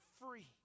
free